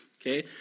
okay